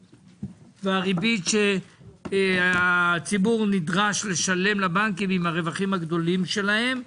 והריבית שהציבור נדרש לשלם לבנקים עם הרווחים הגדולים שלהם.